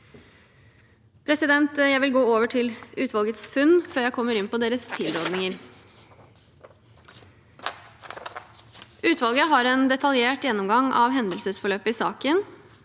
landet. Jeg vil gå over til utvalgets funn, før jeg kommer inn på deres tilrådinger. Utvalget har en detaljert gjennomgang av hendelsesforløpet i saken,